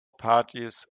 parties